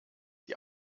die